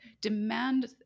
demand